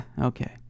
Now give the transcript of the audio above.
okay